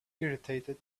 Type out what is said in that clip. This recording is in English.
irritated